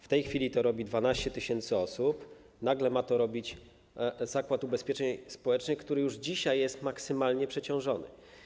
W tej chwili robi to 12 tys. osób; nagle ma to robić Zakład Ubezpieczeń Społecznych, który już dzisiaj jest maksymalnie przeciążony.